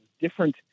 different